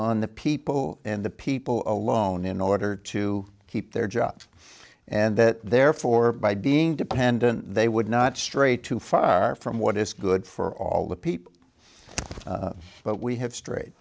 on the people and the people alone in order to keep their jobs and that therefore by being dependent they would not stray too far from what is good for all the people but we have stra